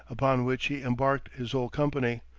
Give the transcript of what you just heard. upon which he embarked his whole company,